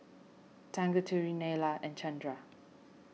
Tanguturi Neila and Chandra